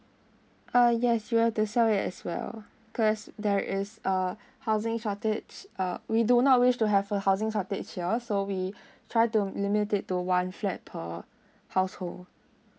uh yes yo have to sell it as well because there is uh housing shortage uh we do not wish to have a housing shortage here so we try to limit it to one flat per household